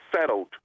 settled